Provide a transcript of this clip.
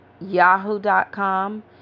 yahoo.com